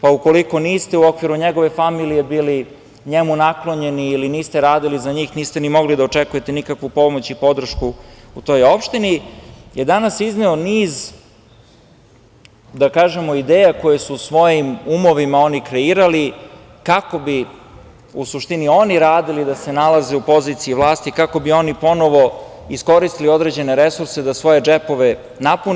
pa ukoliko niste u okviru njegove familije bili njemu naklonjeni ili niste radili za njih, niste ni mogli da očekujete nikakvu pomoć i podršku u toj opštini, je danas izneo niz da kažemo ideja, koje su svojim umovima oni kreirali, kako bi u suštini oni radili da se nalaze u poziciji vlasti, kako bi oni ponovo iskoristili određene resurse da svoje džepove napune.